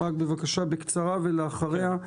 בבקשה בקצרה ולאחריו,